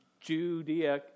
Judea